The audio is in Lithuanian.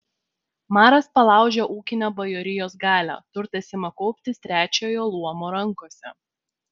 maras palaužia ūkinę bajorijos galią turtas ima kauptis trečiojo luomo rankose